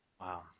Wow